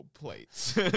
plates